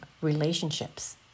relationships